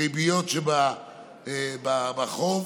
הריביות שבחוב,